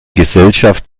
gesellschaft